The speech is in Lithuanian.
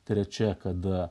trečia kada